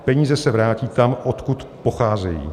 Peníze se vrátí tam, odkud pocházejí.